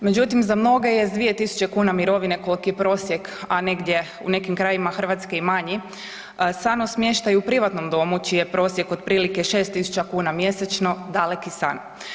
Međutim, za mnoge jest 2.000 kuna mirovine kolki je prosjek, a negdje u nekim krajevima Hrvatske i manji, samo smještaj u privatnom domu čiji je prosjek otprilike 6.000 kuna mjesečno daleki san.